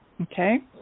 Okay